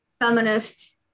feminist